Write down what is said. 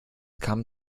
kam